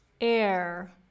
Air